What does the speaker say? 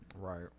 Right